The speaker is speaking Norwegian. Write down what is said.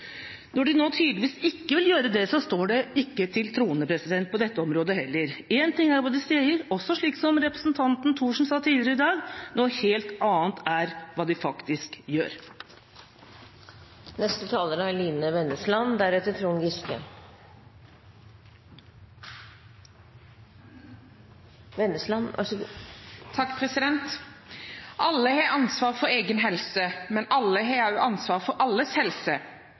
Når de nå tydeligvis ikke vil gjøre det, står det ikke til troende – på dette området heller. Én ting er hva de sier – som representanten Thorsen tidligere i dag – noe helt annet er hva de faktisk gjør. Alle har ansvar for egen helse, men alle har også ansvar for alles helse.